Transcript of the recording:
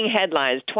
headlines